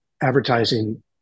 advertising